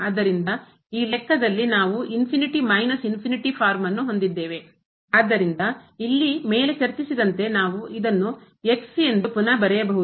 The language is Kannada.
ಆದ್ದರಿಂದ ಈ ಲೆಕ್ಕದಲ್ಲಿ ನಾವು ಫಾರ್ಮ್ ಅನ್ನು ಹೊಂದಿದ್ದೇವೆ ಆದ್ದರಿಂದ ಇಲ್ಲಿ ಮೇಲೆ ಚರ್ಚಿಸಿದಂತೆ ನಾವು ಇದನ್ನು ಎಂದು ಪುನಃ ಬರೆಯಬಹುದು